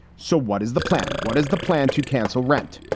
so what is the plan? what is the plan to cancel rent?